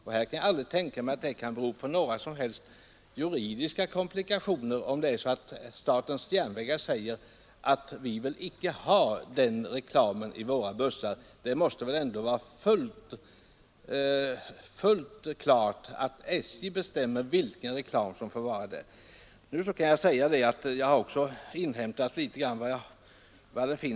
Jag kan inte tänka mig att det skulle uppstå några som helst juridiska komplikationer, om man från statens järnvägar säger att man inte vill ha en viss typ av reklam i sina bussar. Det måste väl ändå vara fullt klart att SJ bestämmer vilken reklam som får förekomma där. Jag har inhämtat en del uppgifter rörande omfattningen av denna typ av reklam.